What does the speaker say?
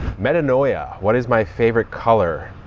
metanoia what is my favorite color?